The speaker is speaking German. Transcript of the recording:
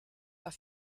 auf